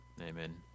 Amen